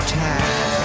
time